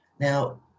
Now